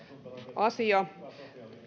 asia